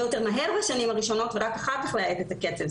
יותר מהר בשנים הראשונות ורק אחר כך להאט את הקצב.